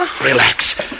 relax